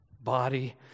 Body